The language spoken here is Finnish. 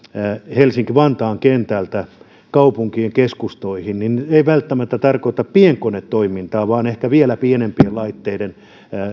helsinki vantaan kentältä kaupunkien keskustoihin niin se ei välttämättä tarkoita pienkonetoimintaa vaan ehkä vielä pienempien laitteiden